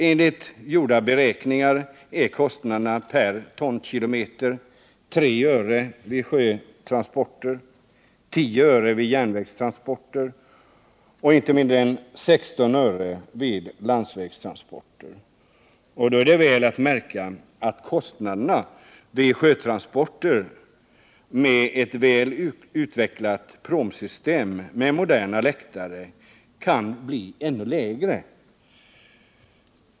Enligt gjorda beräkningar är kostnaderna per tonkilometer 3 öre vid sjötransporter, 10 öre vid järnvägstransporter och inte mindre än 16 öre vid landsvägstransporter. Och då är det väl att märka, att kostnaderna vid sjötransporter med ett väl utvecklat pråmsystem med moderna läktare kan bli ännu lägre.